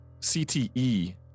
CTE